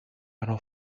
medal